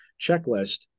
checklist